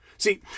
See